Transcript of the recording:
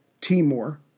Timor